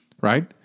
right